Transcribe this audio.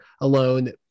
alone